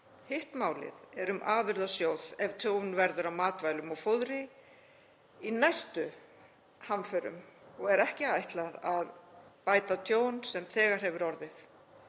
Hitt málið er um afurðasjóð ef tjón verður á matvælum og fóðri í næstu hamförum og er ekki ætlað að bæta tjón sem þegar hefur orðið.